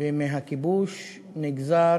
ומהכיבוש נגזר